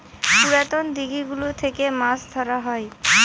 পুরাতন দিঘি গুলো থেকে মাছ ধরা হয়